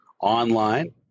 online